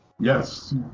Yes